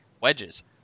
wedges